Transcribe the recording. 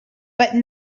but